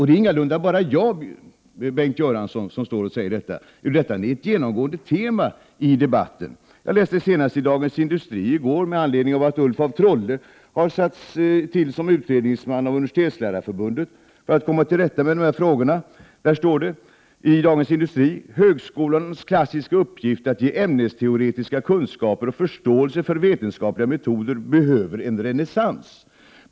Det är ingalunda bara jag, Bengt Göransson, som säger detta, utan det är ett genomgående tema i debatten. Jag läste senast i går Dagens Industri, som med anledning av att Ulf af Trolle av Universitetslärarförbundet har tillsatts som utredningsman för att komma till rätta med dessa frågor, skriver: ”Högskolans klassiska uppgift att ge ämnesteoretiska kunskaper och förståelse för vetenskapliga metoder behöver en renässans.